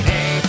Hey